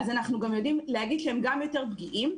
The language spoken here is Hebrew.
אז אנחנו גם יודעים להגיד שהם גם יותר פגיעים,